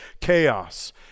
chaos